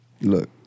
look